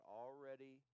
already